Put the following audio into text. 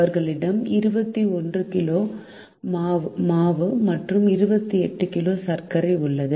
அவர்களிடம் 21 கிலோ மாவு மற்றும் 28 கிலோ சர்க்கரை உள்ளது